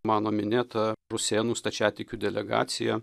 mano minėta rusėnų stačiatikių delegacija